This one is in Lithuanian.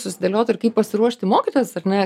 susidėliot ir kaip pasiruošti mokytojas ar ne